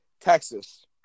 Texas